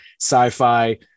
sci-fi